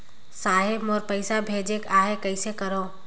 साहेब मोर पइसा भेजेक आहे, कइसे करो?